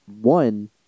one